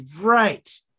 right